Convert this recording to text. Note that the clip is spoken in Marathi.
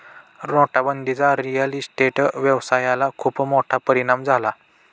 नोटाबंदीचा रिअल इस्टेट व्यवसायाला खूप मोठा परिणाम झाला